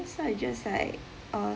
so I just like uh